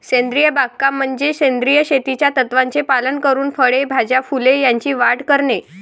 सेंद्रिय बागकाम म्हणजे सेंद्रिय शेतीच्या तत्त्वांचे पालन करून फळे, भाज्या, फुले यांची वाढ करणे